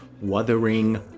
Wuthering